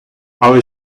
але